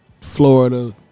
Florida